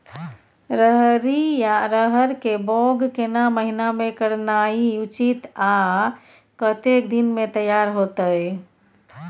रहरि या रहर के बौग केना महीना में करनाई उचित आ कतेक दिन में तैयार होतय?